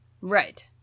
Right